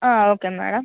okay madam